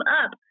up